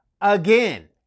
again